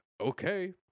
Okay